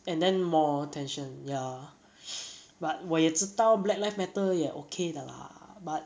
and then more tension ya but 我也知道 black lives matter 也 okay 的 lah but